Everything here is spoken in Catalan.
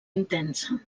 intensa